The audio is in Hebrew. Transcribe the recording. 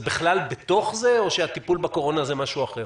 זה בתוך זה או שהטיפול בקורונה זה משהו אחר?